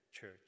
church